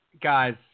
guys